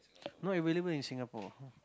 not available in Singapore